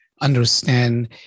Understand